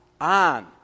on